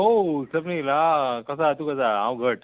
हौ स्वप्नील आं कसो तूं कसो आहा हांव घट्ट